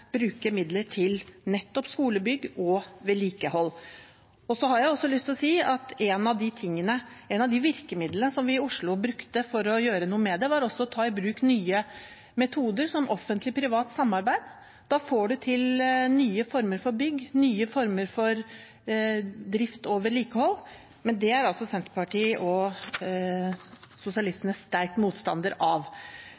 bruke midler til nettopp skolebygg og vedlikehold. Et av virkemidlene vi brukte i Oslo for å gjøre noe med det, var å ta i bruk nye metoder som offentlig–privat samarbeid. Da får en til nye former for bygg og nye former for drift og vedlikehold. Men det er Senterpartiet og